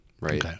right